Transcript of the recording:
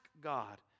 God